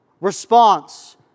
Response